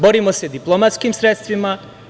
Borimo se diplomatskim sredstvima.